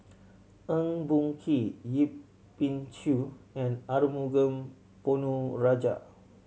Eng Boh Kee Yip Pin Xiu and Arumugam Ponnu Rajah